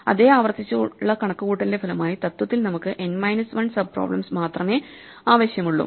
അതേ ആവർത്തിച്ചുള്ള കണക്കുകൂട്ടലിന്റെ ഫലമായി തത്ത്വത്തിൽ നമുക്ക് n മൈനസ് 1 സബ് പ്രോബ്ലെംസ് മാത്രമേ ആവശ്യമുള്ളൂ